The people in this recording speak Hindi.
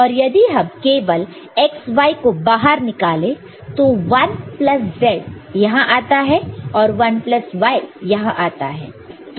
और यदि हम केवल x y को बाहर निकाले तो 1 प्लस z यहां आता है और 1 प्लस y यहां आता है